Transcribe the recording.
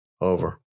Over